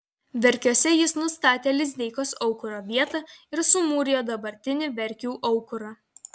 verkiuose jis nustatė lizdeikos aukuro vietą ir sumūrijo dabartinį verkių aukurą